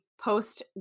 post